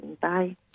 Bye